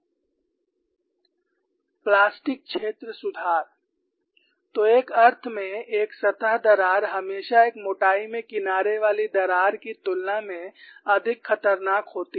plastic क्षेत्र सुधार तो एक अर्थ में एक सतह दरार हमेशा एक मोटाई में किनारे वाली दरार की तुलना में अधिक खतरनाक होती है